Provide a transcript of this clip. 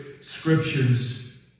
scriptures